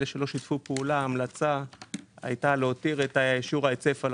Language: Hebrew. אלה שלא שיתפו פעולה ההמלצה הייתה להותיר את שיעור ההיצף על